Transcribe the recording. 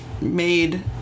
made